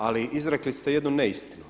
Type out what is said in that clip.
Ali izrekli ste jednu neistinu.